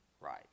right